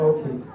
Okay